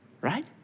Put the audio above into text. right